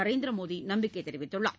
நரேந்திர மோடி நம்பிக்கை தெரிவித்துள்ளார்